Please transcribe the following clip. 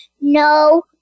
no